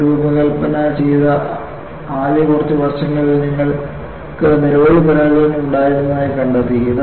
കപ്പൽ രൂപകൽപ്പന ചെയ്ത ആദ്യ കുറച്ച് വർഷങ്ങളിൽ നിങ്ങൾക്ക് നിരവധി പരാജയങ്ങൾ ഉണ്ടായിരുന്നതായി കണ്ടെത്തി